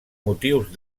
motius